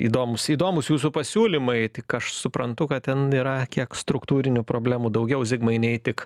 įdomūs įdomūs jūsų pasiūlymai tik aš suprantu kad ten yra kiek struktūrinių problemų daugiau zigmai nei tik